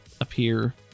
appear